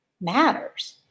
matters